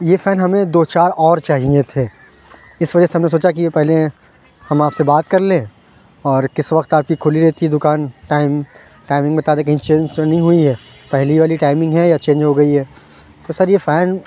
یہ فین ہمیں دو چار اور چاہیے تھے اس وجہ سے ہم نے سوچا کہ پہلے ہم آپ سے بات کر لیں اور کس وقت آپ کی کھلی رہتی ہے دکان ٹائم ٹائمنگ بتا دیں کہیں چینج تو نہیں ہوئی ہے پہلی والی ٹائمنگ ہے یا چینج ہو گئی ہے تو سر یہ فین